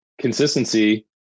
consistency